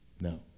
No